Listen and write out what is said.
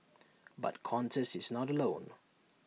but Qantas is not alone